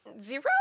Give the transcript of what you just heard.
zero